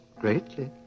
greatly